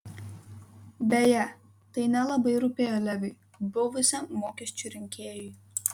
beje tai nelabai rūpėjo leviui buvusiam mokesčių rinkėjui